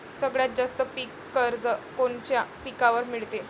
सगळ्यात जास्त पीक कर्ज कोनच्या पिकावर मिळते?